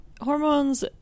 hormones